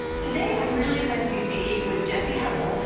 today, i'm really excited to be speaking with jessi hempel,